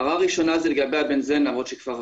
הערה ראשונה היא לגבי ה-בנזן למרות שכבר